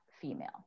female